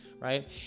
right